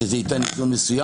שזה ייתן --- מסוים,